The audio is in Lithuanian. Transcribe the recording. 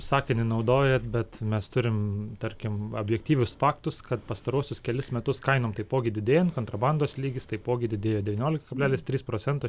sakinį naudojat bet mes turim tarkim objektyvius faktus kad pastaruosius kelis metus kainom taipogi didėjant kontrabandos lygis taipogi didėjo devyniolika kablelis trys procento